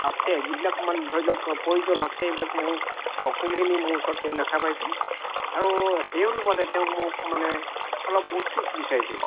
আছে যিবিলাক মানে ধৰি লওক প্ৰয়োজন আছে সেইবিলাক মোক সকলোখিনি মোৰ ওচৰত তেওঁ দেখা পাইছিল আৰু সেই অনুপাতে তেওঁ মোক মানে অলপ উৎকোচ বিচাৰিছিল